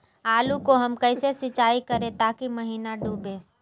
आलू को हम कैसे सिंचाई करे ताकी महिना डूबे?